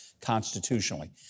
constitutionally